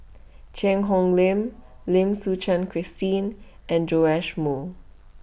Cheang Hong Lim Lim Suchen Christine and Joash Moo